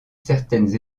certaines